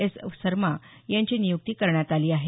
S Sarma यांची नियुक्ती करण्यात आली आहे